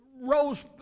rose